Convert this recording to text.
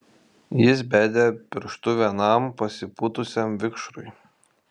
jis bedė pirštu vienam pasipūtusiam vikšrui